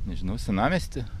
nežinau senamiesty